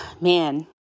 man